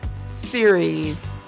series